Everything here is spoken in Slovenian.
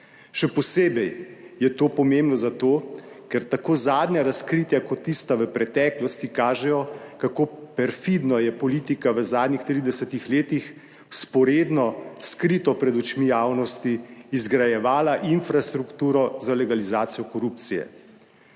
Še posebej je to pomembno zato, ker tako zadnja razkritja kot tista v preteklosti kažejo, kako perfidno je politika v zadnjih 30 letih vzporedno, skrito pred očmi javnosti izgrajevala infrastrukturo za legalizacijo korupcije.